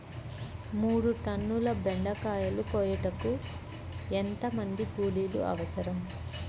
మూడు టన్నుల బెండకాయలు కోయుటకు ఎంత మంది కూలీలు అవసరం?